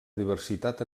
diversitat